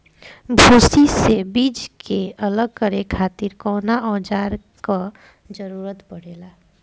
भूसी से बीज के अलग करे खातिर कउना औजार क जरूरत पड़ेला?